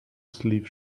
sleeve